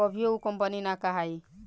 कभियो उ कंपनी ना कहाई